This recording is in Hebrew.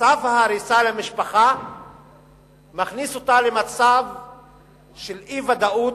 צו ההריסה למשפחה מכניס אותה למצב של אי-ודאות,